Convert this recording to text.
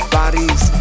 bodies